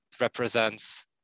represents